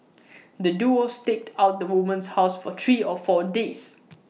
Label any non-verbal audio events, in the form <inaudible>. <noise> the duo staked out the woman's house for three or four days